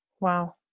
Wow